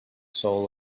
soul